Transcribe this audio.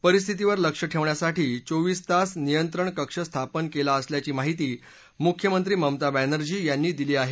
परिस्थितीवर लक्ष ठेवण्यासाठी चोवीस तास नियंत्रण कक्ष स्थापन करण्यात आल्याची माहिती मुख्यमंत्री ममता बॅनर्जी यांनी दिली आहे